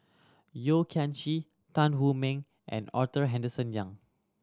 Yeo Kian Chye Tan Hu Meng and Arthur Henderson Young